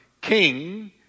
king